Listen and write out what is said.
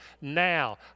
now